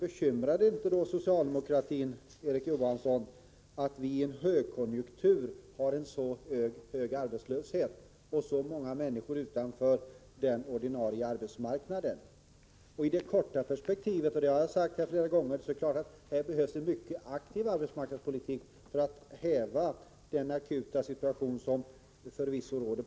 Bekymrar det då inte socialdemokratin, Erik Johansson, att vi i en högkonjunktur har en så hög arbetslöshet och så många människor utanför den ordinarie arbetsmarknaden? I det korta perspektivet, och det har jag sagt flera gånger, är det klart att det behövs en mycket aktiv arbetsmarknadspolitik för att häva den akuta arbetsmarknadssituation som förvisso råder.